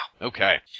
Okay